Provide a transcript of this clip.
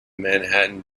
manhattan